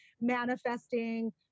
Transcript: manifesting